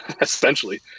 essentially